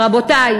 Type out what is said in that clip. רבותי,